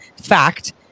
fact